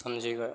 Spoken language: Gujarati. સમજી ગયો